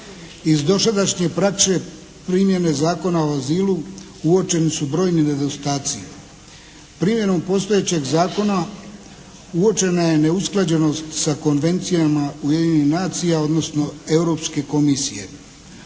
Iz dosadašnje prakse primjene Zakona o azilu uočeni su brojni nedostaci. Primjenom postojećeg zakona uočena je neusklađenost sa konvencijama Ujedinjenih nacija, odnosne Europske komisije.